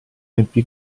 riempì